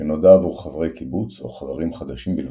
שנועדה עבור חברי קיבוץ או חברים חדשים בלבד,